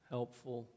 Helpful